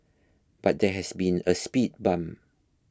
but there has been a speed bump